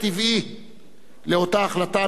לאותה החלטה מבישה, מפחדת,